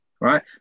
Right